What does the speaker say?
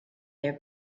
their